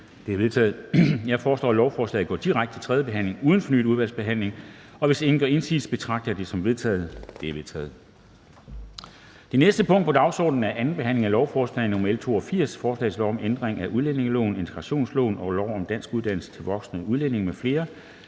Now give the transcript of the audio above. De er vedtaget. Jeg foreslår, at lovforslaget går direkte til tredje behandling uden fornyet udvalgsbehandling. Og hvis ingen gør indsigelse, betragter jeg det som vedtaget. Det er vedtaget. --- Det næste punkt på dagsordenen er: 17) 2. behandling af lovforslag nr. L 82: Forslag til lov om ændring af udlændingeloven, integrationsloven og lov om danskuddannelse til voksne udlændinge m.fl.